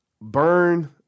burn